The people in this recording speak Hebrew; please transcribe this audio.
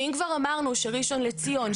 ואם כבר אמרנו שראשון לציון,